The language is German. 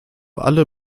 alle